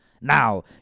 now